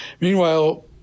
Meanwhile